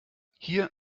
hier